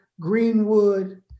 Greenwood